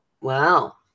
Wow